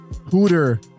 Hooter